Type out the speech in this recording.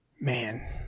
man